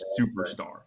superstar